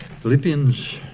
Philippians